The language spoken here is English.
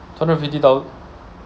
hundred fifty